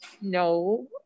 No